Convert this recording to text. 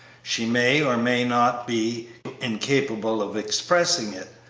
she may, or may not, be incapable of expressing it,